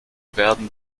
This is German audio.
werden